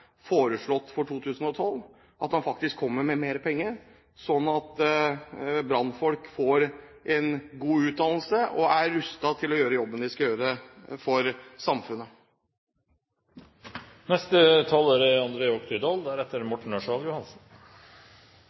foreslått for 2012, at han faktisk kommer med mer penger, slik at brannfolk får en god utdannelse og er rustet til å gjøre jobben de skal gjøre for samfunnet. Her kommer det en liten og mørk som noen ganger er